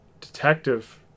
detective